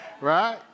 Right